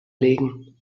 legen